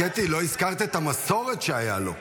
קטי, לא הזכרת את המסורת שהייתה לו.